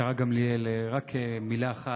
השרה גמליאל, רק מילה אחת.